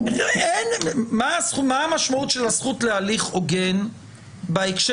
מה המשמעות של הזכות להליך הוגן בהקשר